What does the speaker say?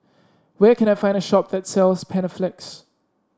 where can I find a shop that sells Panaflex